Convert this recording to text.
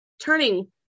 turning